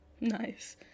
Nice